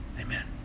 Amen